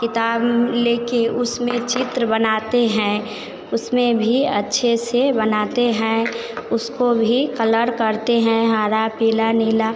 किताब लेकर उसमें चित्र बनाते हैं उसमें भी अच्छे से बनाते हैं उसको भी कलर करते हैं हरा पीला नीला